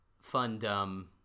fun-dumb